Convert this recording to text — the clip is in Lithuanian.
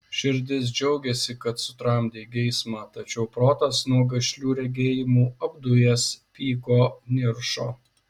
širdis džiaugėsi kad sutramdei geismą tačiau protas nuo gašlių regėjimų apdujęs pyko niršo